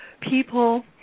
people